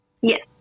yes